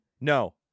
no